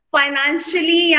financially